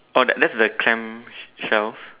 oh that that's the clam shell